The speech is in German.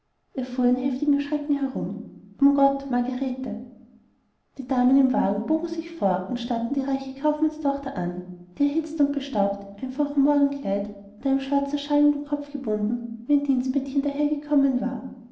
in heftigem schrecken herum um gott margarete die damen im wagen bogen sich vor und starrten die reiche kaufmannstochter an die erhitzt und bestaubt im einfachen morgenkleid und einen schwarzen shawl um den kopf gebunden wie ein dienstmädchen dahergekommen war